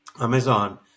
amazon